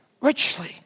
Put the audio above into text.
Richly